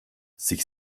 sich